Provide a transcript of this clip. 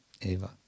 eva